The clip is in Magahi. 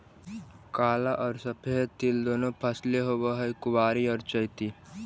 काला और सफेद तिल की दो फसलें होवअ हई कुवारी और चैती